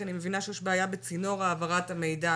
כי אני מבינה שיש בעיה בצינור העברת המידע.